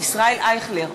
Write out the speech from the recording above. ישראל אייכלר,